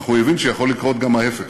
אך הוא הבין שיכול לקרות גם ההפך,